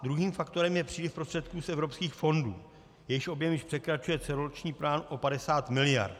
Druhým faktorem je příliv prostředků z evropských fondů, jejichž objem již překračuje celoroční plán o 50 mld.